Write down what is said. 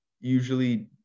usually